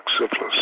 syphilis